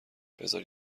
بزار